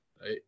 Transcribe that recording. Right